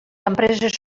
empreses